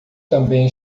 também